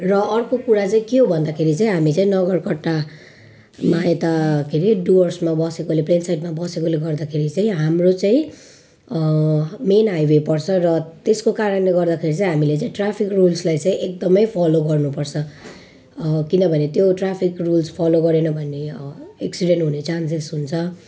र अर्को कुरा चाहिँ के हो भन्दाखेरि चाहिँ हामी चाहिँ नगरकट्टा मा यता के अरे डुवर्समा बसेकोले प्लेन साइडमा बसेकोले गर्दाखेरि चाहिँ हाम्रो चाहिँ मेन हाइवे पर्छ र त्यसको कारणले गर्दाखेरि चाहिँ हामीले चाहिँ ट्राफिक रुल्सलाई चाहिँ एकदमै फलो गर्नुपर्छ किनभने त्यो ट्राफिक रुल्स फलो गरेन भने एक्सिडेन्ट हुने चान्सेस हुन्छ